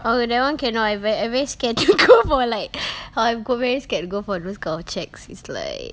okay that [one] cannot I ver~ I very scared to go for like I'm very scared to go for those kind of checks it's like